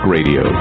Radio